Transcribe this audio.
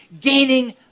gaining